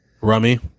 Rummy